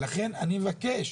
לכן אני מבקש